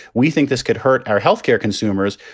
we think this could hurt our health care consumers.